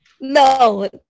No